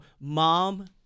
mom